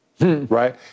right